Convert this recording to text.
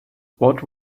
what